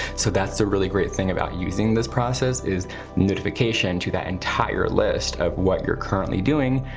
so that's a really great thing about using this process is notification to that entire list of what you're currently doing,